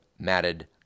matted